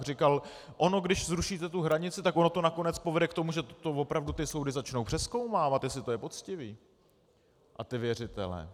Říkal, ono když zrušíte tu hranici, tak ono to nakonec povede k tomu, že to opravdu ty soudy začnou přezkoumávat, jestli to je poctivé, a ty věřitele.